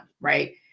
right